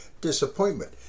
disappointment